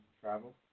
travel